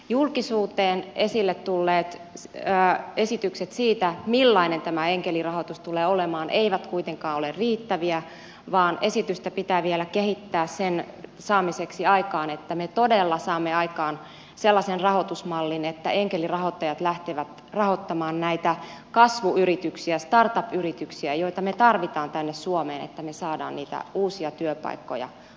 julkisuuteen esille tulleet esitykset siitä millainen tämä enkelirahoitus tulee olemaan eivät kuitenkaan ole riittäviä vaan esitystä pitää vielä kehittää että me todella saamme aikaan sellaisen rahoitusmallin että enkelirahoittajat lähtevät rahoittamaan näitä kasvuyrityksiä start up yrityksiä joita me tarvitsemme tänne suomeen että me saamme niitä uusia työpaikkoja katoavien tilalle